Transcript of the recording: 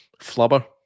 Flubber